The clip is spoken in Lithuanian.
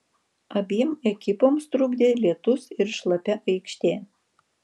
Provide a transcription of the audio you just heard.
abiem ekipoms trukdė lietus ir šlapia aikštė